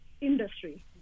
industry